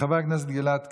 חבר הכנסת גלעד קריב,